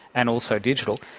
and also digital.